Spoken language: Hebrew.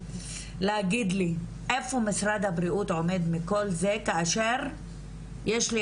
להגיד לי איפה משרד הבריאות עומד מכל זה כאשר יש לי